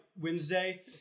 Wednesday